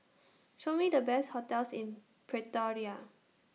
Show Me The Best hotels in Pretoria